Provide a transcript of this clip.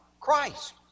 Christ